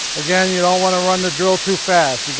again you don't want to run the drill too fast.